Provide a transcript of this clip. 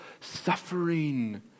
suffering